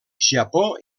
japó